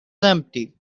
empty